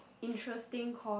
interesting course